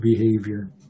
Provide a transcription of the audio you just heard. behavior